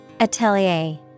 Atelier